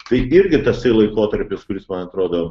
kaip irgi tasai laikotarpis kuris man atrodo